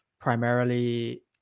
primarily